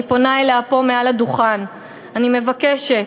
אני פונה אליה פה מעל הדוכן ואני מבקשת,